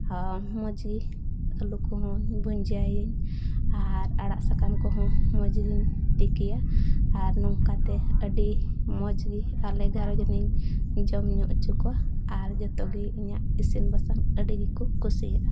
ᱟᱨ ᱢᱚᱡᱽ ᱜᱮ ᱟᱹᱞᱩ ᱠᱚᱦᱚᱸᱧ ᱵᱷᱚᱡᱟᱭᱟᱹᱧ ᱟᱨ ᱟᱲᱟᱜ ᱥᱟᱠᱟᱢ ᱠᱚᱦᱚᱸ ᱢᱚᱡᱽ ᱜᱤᱧ ᱛᱤᱠᱤᱭᱟ ᱟᱨ ᱱᱚᱝᱠᱟ ᱛᱮ ᱟᱹᱰᱤ ᱢᱚᱡᱽ ᱜᱮ ᱟᱞᱮ ᱜᱷᱟᱨᱚᱸᱡᱽ ᱨᱮᱱᱤᱧ ᱡᱚᱢᱼᱧᱩ ᱦᱚᱪᱚ ᱠᱚᱣᱟ ᱟᱨ ᱡᱚᱛᱚᱜᱮ ᱤᱧᱟᱹᱜ ᱤᱥᱤᱱ ᱵᱟᱥᱟᱝ ᱟᱹᱰᱤ ᱜᱮᱠᱚ ᱠᱩᱥᱤᱭᱟᱜᱼᱟ